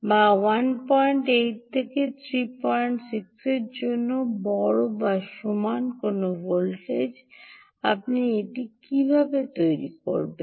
বা 18 থেকে 36 এর চেয়ে বড় বা সমান কোনও ভোল্টেজ আপনি এটি কীভাবে তৈরি করবেন